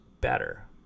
better